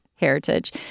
heritage